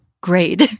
grade